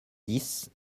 dix